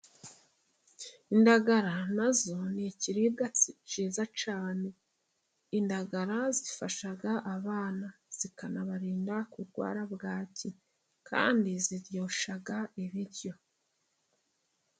Indagara nazo ni ikiribwa cyiza cyane. Indagara zifasha abana, zikanabarinda kurwara bwaki. Kandi ziryoshya ibiryo.